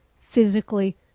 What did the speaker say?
physically